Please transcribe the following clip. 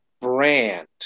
brand